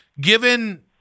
Given